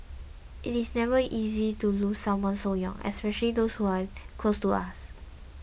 it is never easy to lose someone so young especially those who are close to us